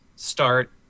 start